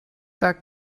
that